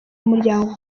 umuryango